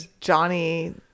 johnny